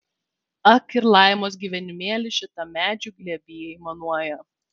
ak ir laimos gyvenimėlis šitam medžių glėby aimanuoja